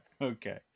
okay